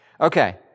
Okay